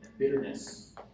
Bitterness